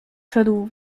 szedł